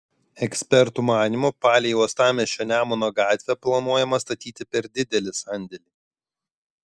ekspertų manymu palei uostamiesčio nemuno gatvę planuojama statyti per didelį sandėlį